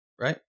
right